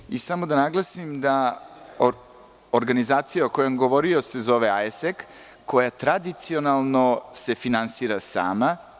Dozvolite mi samo da naglasim da organizacija o kojoj je govorio se zove AIESEC, koja tradicionalno se finansira sama.